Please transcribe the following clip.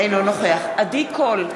אינו נוכח עדי קול,